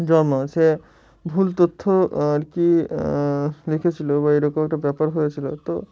জন্ম সে ভুল তথ্য আর কি লিখেছিলো বা এরকম একটা ব্যাপার হয়েছিলো তো